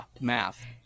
math